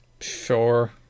Sure